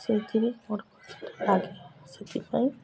ସେଇଥିରେ ମୋର କିଛିଟା ଲାଗେ ସେଥିପାଇଁ